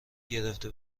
گرفته